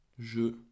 Je